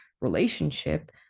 relationship